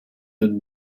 would